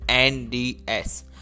NDS